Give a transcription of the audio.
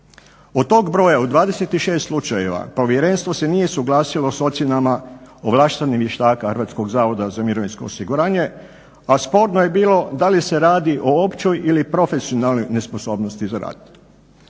Od toga broja u 26 slučajeva povjerenstvo se nije suglasilo s ocjenama ovlaštenih vještaka HZMO-a a sporno je bilo da li se radi o općoj ili profesionalnoj nesposobnosti za rad.